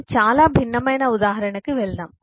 మనం చాలా భిన్నమైన ఉదాహరణకి వెళ్దాం